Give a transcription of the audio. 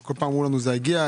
כל פעם אמרו לנו שזה יגיע,